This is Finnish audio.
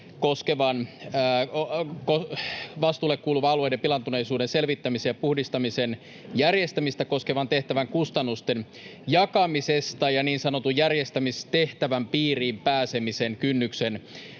vastuulle kuuluvan alueiden pilaantuneisuuden selvittämisen ja puhdistamisen järjestämistä koskevan tehtävän kustannusten jakamisesta ja niin sanotun järjestämistehtävän piiriin pääsemisen kynnyksen